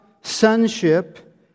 sonship